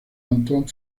antoine